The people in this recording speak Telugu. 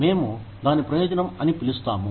మేము దాని ప్రయోజనం అని పిలుస్తాము